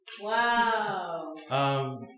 Wow